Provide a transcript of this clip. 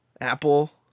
Apple